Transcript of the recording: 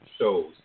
shows